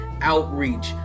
outreach